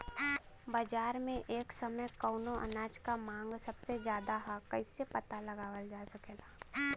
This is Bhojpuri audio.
बाजार में एक समय कवने अनाज क मांग सबसे ज्यादा ह कइसे पता लगावल जा सकेला?